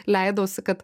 leidausi kad